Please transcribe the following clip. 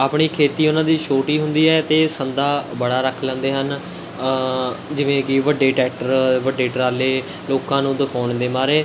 ਆਪਣੀ ਖੇਤੀ ਉਨ੍ਹਾਂ ਦੀ ਛੋਟੀ ਹੁੰਦੀ ਹੈ ਅਤੇ ਸੰਦ ਬੜਾ ਰੱਖ ਲੈਂਦੇ ਹਨ ਜਿਵੇਂ ਕਿ ਵੱਡੇ ਟਰੈਕਟਰ ਵੱਡੇ ਟਰਾਲੇ ਲੋਕਾਂ ਨੂੰ ਦਿਖਾਉਣ ਦੇ ਮਾਰੇ